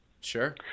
Sure